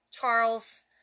Charles